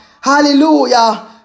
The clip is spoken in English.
Hallelujah